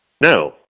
No